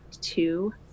two